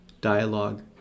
dialogue